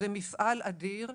זה מפעל אדיר,